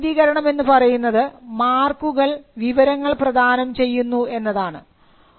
രണ്ടാമത്തെ നീതീകരണം എന്നു പറയുന്നത് മാർക്കുകൾ വിവരങ്ങൾ പ്രദാനം ചെയ്യുന്നു എന്നതാണ്